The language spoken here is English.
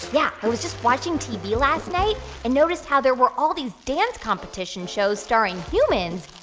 yeah. i was just watching tv last night and noticed how there were all these dance competition shows starring humans.